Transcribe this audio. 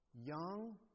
young